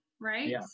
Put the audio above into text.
Right